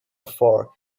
afar